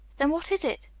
then what is it?